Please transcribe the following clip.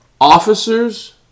Officers